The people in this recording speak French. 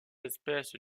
espèce